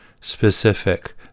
specific